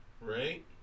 right